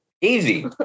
Easy